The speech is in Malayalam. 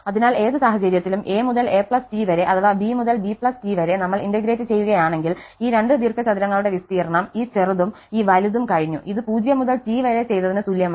അതിനാൽ ഏത് സാഹചര്യത്തിലും a മുതൽ a T വരെ അഥവാ b മുതൽ b T വരെ നമ്മൾ ഇന്റഗ്രേറ്റ് ചെയ്യുകയാണെങ്കിൽ ഈ രണ്ട് ദീർഘചതുരങ്ങളുടെ വിസ്തീർണ്ണം ഈ ചെറുതും ഈ വലുതും കഴിഞ്ഞു ഇത് 0 മുതൽ T വരെ ചെയ്തതിന് തുല്യമാണ്